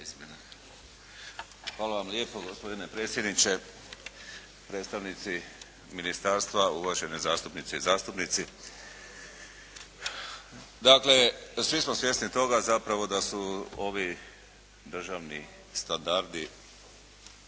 Hvala vam lijepa. Gospodine predsjedniče, predstavnici ministarstva, uvažene zastupnice i zastupnici. Dakle, svi smo svjesni toga zapravo da su ovi državni standardi